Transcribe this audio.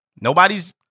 Nobody's